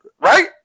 right